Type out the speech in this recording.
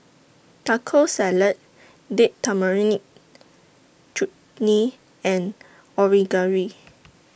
Taco Salad Date Tamarind Chutney and